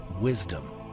Wisdom